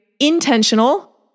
intentional